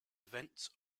events